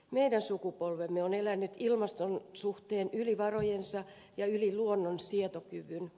meidän sukupolvemme on elänyt ilmaston suhteen yli varojensa ja yli luonnon sietokyvyn